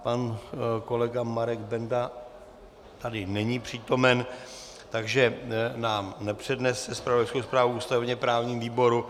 Pan kolega Marek Benda tady není přítomen, takže nám nepřednese zpravodajskou zprávu z ústavněprávního výboru.